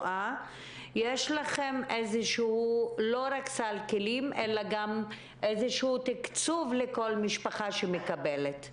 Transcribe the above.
יש לכם לא רק סל כלים ב"נושמים לרווחה" אלא גם תקצוב לכל משפחה שמקבלת.